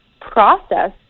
process